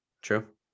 true